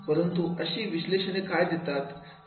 परंतु अशी विश्लेषणे काय देतात